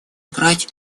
играть